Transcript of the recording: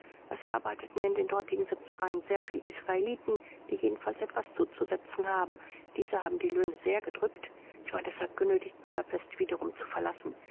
es arbeiten in den dortigen setzereien sehr viel israeliten die jedenfalls etwas zuzusetzen haben diese haben die löhne sehr gedrückt ich war deshalb genötigt budapest wiederum zu verlassen